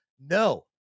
no